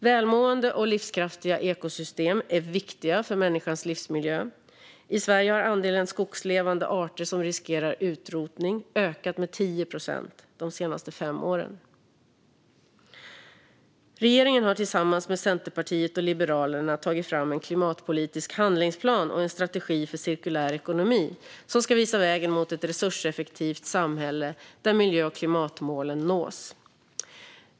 Välmående och livskraftiga ekosystem är viktiga för människans livsmiljö. I Sverige har andelen skogslevande arter som riskerar utrotning ökat med 10 procent de senaste fem åren. Regeringen har tillsammans med Centerpartiet och Liberalerna tagit fram en klimatpolitisk handlingsplan och en strategi för cirkulär ekonomi som ska visa vägen mot ett resurseffektivt samhälle där miljö och klimatmålen nås.